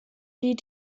die